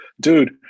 dude